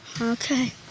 Okay